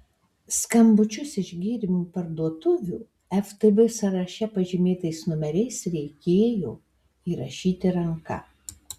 skambučius iš gėrimų parduotuvių ftb sąraše pažymėtais numeriais reikėjo įrašyti ranka